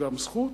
גם זכות,